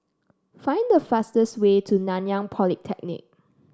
find the fastest way to Nanyang Polytechnic